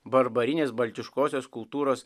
barbarinės baltiškosios kultūros